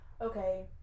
okay